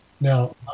Now